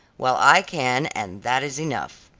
well, i can, and that is enough.